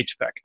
HPEC